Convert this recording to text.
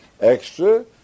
extra